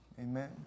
amen